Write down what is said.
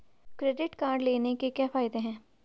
Credit card लेने के क्या फायदे हैं?